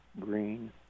Green